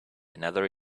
another